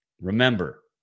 Remember